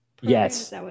Yes